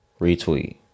Retweet